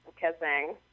kissing